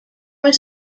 was